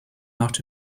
out